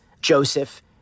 Joseph